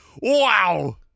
wow